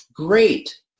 Great